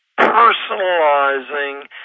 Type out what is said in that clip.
personalizing